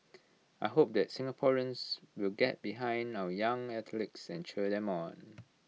I hope that Singaporeans will get behind our young athletes and cheer them on